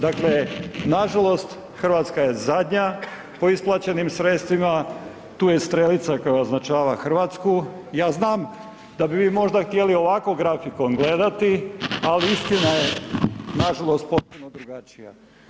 Dakle, nažalost Hrvatska je zadnja po isplaćenim sredstvima, tu je strelica koja označava Hrvatsku, ja znam da bi vi možda htjeli ovako grafikon gledati, ali istina je nažalost potpuno drugačija.